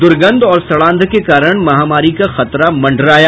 दुर्गध और सड़ांध के कारण महामारी का खतरा मंडराया